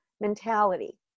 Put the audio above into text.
mentality